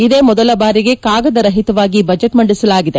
ಇದೇ ಮೊದಲ ಬಾರಿಗೆ ಕಾಗದ ರಹಿತವಾಗಿ ಬಜೆಟ್ ಮಂಡಿಸಲಾಗಿದೆ